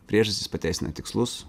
priežastys pateisina tikslus